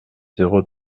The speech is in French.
zéro